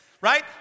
Right